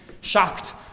shocked